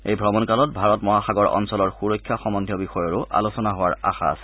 এই ভ্ৰমণকালত ভাৰত মহাসাগৰ অঞ্চলৰ সূৰক্ষা সম্বন্ধীয় বিষয়ৰো আলোচনা হোৱাৰ আশা আছে